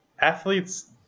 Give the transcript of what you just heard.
athletes